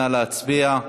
נא להצביע.